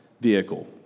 vehicle